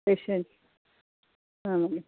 patient ಹಾಂ